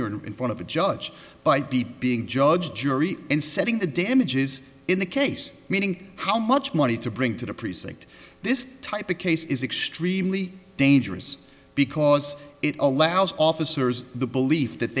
you're in front of a judge by b being judge jury and setting the damages in the case meaning how much money to bring to the precinct this type of case is extremely dangerous because it allows officers the belief that